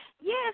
Yes